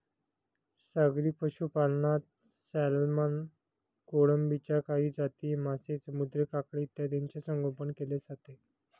सागरी पशुपालनात सॅल्मन, कोळंबीच्या काही जाती, मासे, समुद्री काकडी इत्यादींचे संगोपन केले जाते